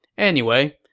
anyway,